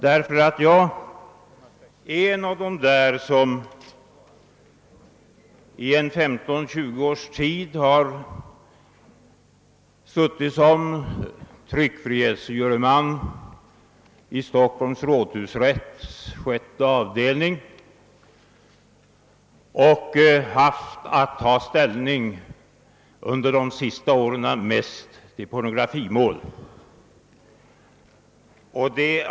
Jag är nämligen en av dem som under 15—20 år suttit som tryckfrihetsjuryman vid Stockholms rådhusrätts sjätte avdelning och under de senaste åren mest haft att ta ställning i pornografimål.